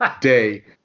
day